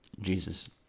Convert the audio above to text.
jesus